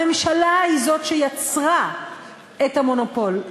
הממשלה היא זו שיצרה את המונופול.